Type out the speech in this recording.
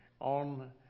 on